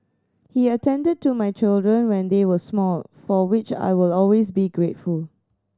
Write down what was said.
he attended to my children when they were small for which I will always be grateful